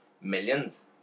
millions